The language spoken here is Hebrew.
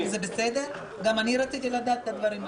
זה בסדר, גם אני רציתי לדעת את הדברים האלה.